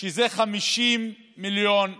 שזה 50 מיליון שקל.